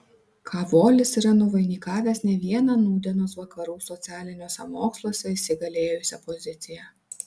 kavolis yra nuvainikavęs ne vieną nūdienos vakarų socialiniuose moksluose įsigalėjusią poziciją